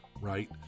right